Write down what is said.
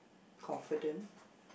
confident